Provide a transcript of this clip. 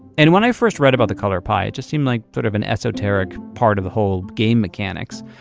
and when i first read about the color pie, it just seemed like sort of an esoteric part of the whole game mechanics.